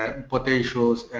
and potential